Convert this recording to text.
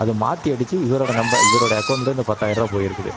அதை மாற்றியடிச்சி இவரோடய நம்பர் இவரோடய அக்கோண்ட்டில் இருந்த பத்தாயிர ரூபா போய் இருக்குது